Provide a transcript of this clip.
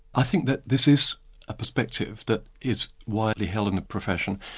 i think that this is a perspective that is widely held in the profession.